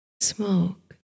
Smoke